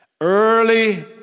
Early